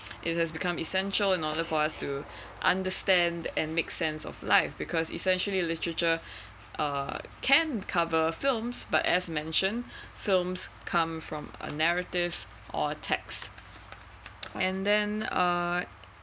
it has become essential in order for us to understand and make sense of life because essentially literature uh can cover films but as mentioned films come from a narrative or text and then uh